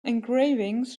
engravings